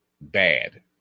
bad